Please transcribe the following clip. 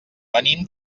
venim